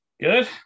Good